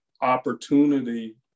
opportunity